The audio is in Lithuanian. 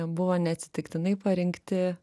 buvo neatsitiktinai parinkti